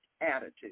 attitude